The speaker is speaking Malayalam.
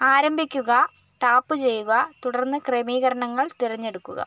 ആരംഭിക്കുക ടാപ്പു ചെയ്യുക തുടർന്ന് ക്രമീകരണങ്ങൾ തിരഞ്ഞെടുക്കുക